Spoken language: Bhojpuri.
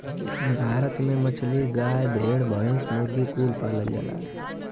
भारत में मछली, गाय, भेड़, भैंस, मुर्गी कुल पालल जाला